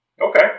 okay